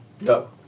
No